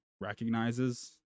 recognizes